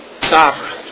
Sovereign